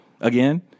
again